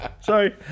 Sorry